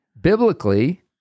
biblically